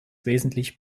wesentlich